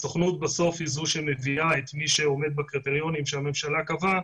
הסוכנות בסוף היא זו שמביאה לארץ את מי שעומד בקריטריונים שהממשלה קבעה.